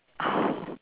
oh